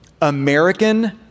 American